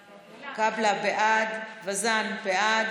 קאבלה, בעד, וזאן, בעד.